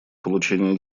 получение